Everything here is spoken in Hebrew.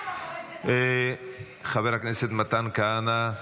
חבר הכנסת מתן כהנא,